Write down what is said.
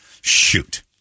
Shoot